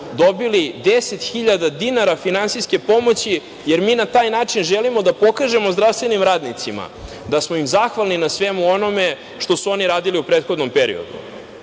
dobili 10 hiljada dinara finansijske pomoći, jer mi na taj način želimo da pokažemo zdravstvenim radnicima da smo im zahvalni na svemu onome što su oni radili u prethodnom periodu. Nama